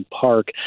Park